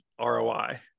ROI